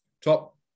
Top